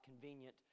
convenient